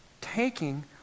taking